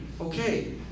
okay